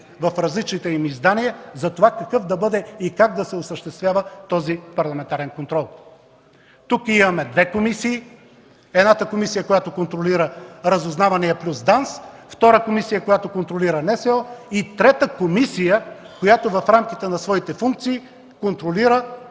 в различните им издания затова какъв да бъде и как да се осъществява този парламентарен контрол. Тук имаме две комисии – едната комисия, която контролира разузнавания плюс ДАНС, втората комисия, която контролира НСО, и трета комисия, която в рамките на своите функции контролира